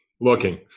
looking